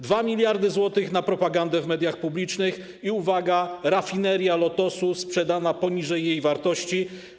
2 mld zł na propagandę w mediach publicznych i, uwaga, rafineria Lotosu sprzedana poniżej jej wartości.